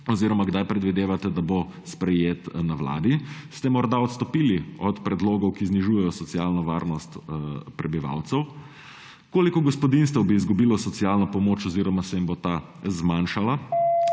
oziroma kdaj predvidevate, da bo sprejet na Vladi? Ste morda odstopili od predlogov, ki znižujejo socialno varnost prebivalcev? Koliko gospodinjstev bi izgubilo socialno pomoč oziroma se jim bo ta zmanjšala?